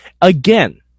Again